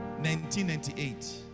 1998